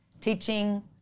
teaching